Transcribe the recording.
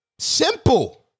Simple